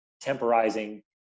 temporizing